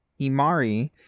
Imari